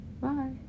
bye